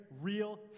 real